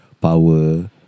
Power